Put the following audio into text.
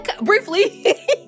briefly